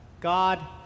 God